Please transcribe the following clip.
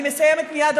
אני מסיימת מייד,